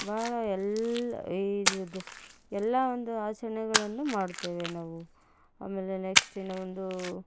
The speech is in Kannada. ಭಾಳ ಎಲ್ಲ ಇದುದು ಎಲ್ಲ ಒಂದು ಆಚರಣೆಗಳನ್ನು ಮಾಡುತ್ತೇವೆ ನಾವು ಆಮೇಲೆ ನೆಕ್ಸ್ಟ್ ಇನ್ನು ಒಂದು